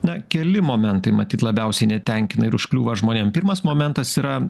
na keli momentai matyt labiausiai netenkina ir užkliūva žmonėm pirmas momentas yra